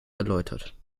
erläutert